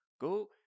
Go